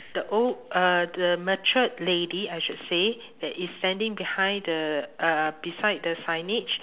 the old uh the matured lady I should say that is standing behind the uh beside the signage